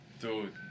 Dude